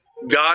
God